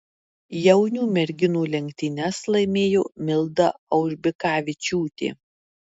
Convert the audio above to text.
jaunių merginų lenktynes laimėjo milda aužbikavičiūtė